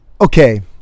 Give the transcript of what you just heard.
Okay